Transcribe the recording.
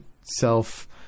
self-